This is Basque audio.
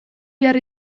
behar